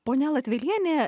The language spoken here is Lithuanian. ponia latvelienė